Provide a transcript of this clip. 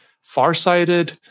Farsighted